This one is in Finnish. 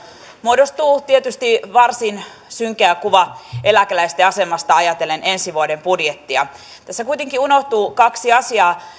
muodostuu tietysti varsin synkeä kuva eläkeläisten asemasta ajatellen ensi vuoden budjettia tässä kuitenkin unohtuu kaksi asiaa